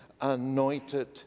anointed